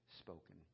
spoken